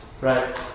Right